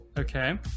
Okay